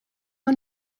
man